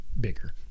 bigger